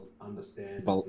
understand